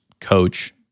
coach